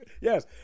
Yes